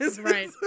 right